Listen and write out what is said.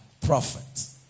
prophets